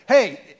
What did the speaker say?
Hey